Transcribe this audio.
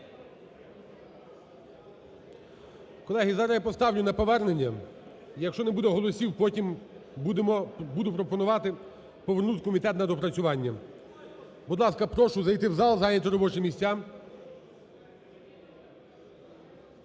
Колеги, зараз я поставлю на повернення. Якщо не буде голосів, потім буду пропонувати повернути в комітет на доопрацювання. Будь ласка, прошу зайти в зал і зайняти робочі місця,